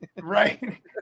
Right